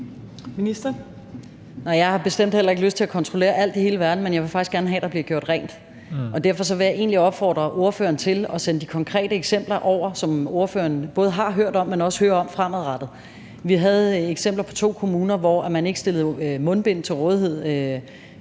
Jeg har bestemt heller ikke lyst til at kontrollere alt i hele verden, men jeg vil faktisk gerne have, at der bliver gjort rent. Derfor vil jeg egentlig opfordre ordføreren til at oversende de konkrete eksempler, som ordføreren både har hørt om og hører om fremadrettet. Vi havde eksempler på to kommuner, hvor man ikke stillede mundbind til rådighed